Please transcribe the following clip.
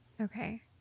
okay